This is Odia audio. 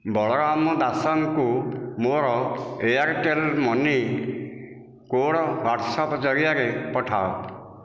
ବଳରାମ ଦାସଙ୍କୁ ମୋର ଏୟାର୍ଟେଲ୍ ମନି କୋଡ୍ ହ୍ଵାଟ୍ସଆପ୍ ଜରିଆରେ ପଠାଅ